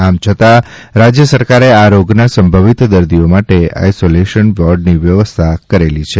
આમ છતાં રાજ્ય સરકારે આ રોગના સંભવિત દર્દીઓ માટે આઇસોલેશન વોર્ડની વ્યવસ્થાઓ કરેલી જ છે